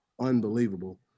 unbelievable